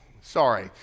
sorry